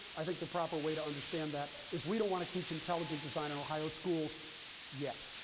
i think the proper way to understand that is we don't want to teach intelligent design in ohio schools yet.